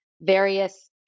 various